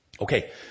Okay